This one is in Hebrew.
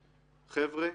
חבר'ה,